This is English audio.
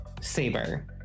Saber